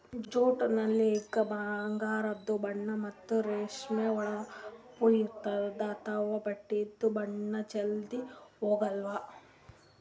jute ನೂಲಿಗ ಬಂಗಾರದು ಬಣ್ಣಾ ಮತ್ತ್ ರೇಷ್ಮಿ ಹೊಳಪ್ ಇರ್ತ್ತದ ಅಂಥಾ ಬಟ್ಟಿದು ಬಣ್ಣಾ ಜಲ್ಧಿ ಹೊಗಾಲ್